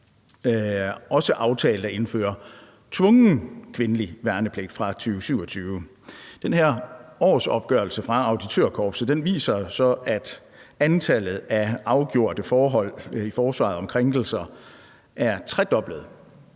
også aftalte at indføre tvungen kvindelig værnepligt fra 2027. Den her årsopgørelse fra Auditørkorpset viser så, at antallet af afgjorte forhold i forsvaret angående krænkelser er tredoblet